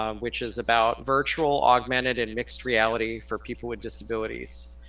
um which is about virtual, augmented and mixed reality for people with disabilities.